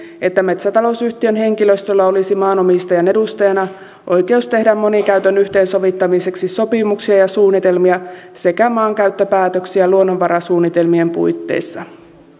että metsätalousyhtiön henkilöstöllä olisi maanomistajan edustajana oikeus tehdä monikäytön yhteensovittamiseksi sopimuksia ja suunnitelmia sekä maankäyttöpäätöksiä luonnonvarasuunnitelmien puitteissa